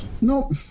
Nope